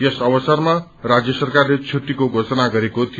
यस अवसरमा राज्य सरकारले पुट्टीको घोषणा गरेको थियो